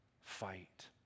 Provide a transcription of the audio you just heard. fight